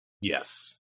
Yes